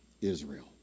Israel